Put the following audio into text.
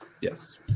Yes